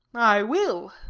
i will.